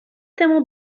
temu